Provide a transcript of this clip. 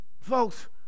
Folks